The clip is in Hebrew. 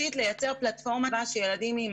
אנחנו צריכים לקחת בחשבון שני דברים.